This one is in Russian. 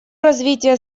развитие